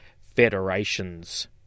Federations